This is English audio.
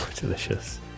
delicious